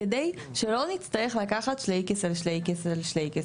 כדי שלא נצטרך לקחת ״שלייקעס על שלייקעס על שלייקעס״,